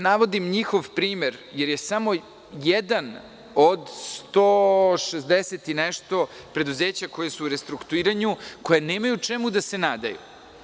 Navodim njihov primer, jer je samo jedan od 160 i nešto preduzeća koje su u restrukturiranju koja nemaju čemu da se nadaju.